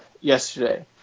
yesterday